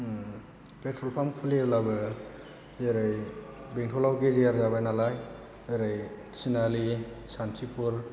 petrol pump खुलियोब्लाबो जेरै बेंथलाव गेजेर जाबाय नालाय ओरै थिनआलि सान्थिफुर